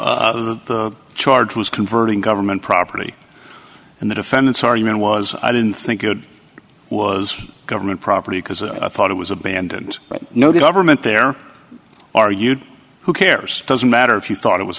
charge was converting government property and the defendant's argument was i didn't think it was government property because i thought it was abandoned but no the government there are you who cares doesn't matter if you thought it was